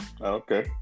Okay